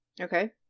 Okay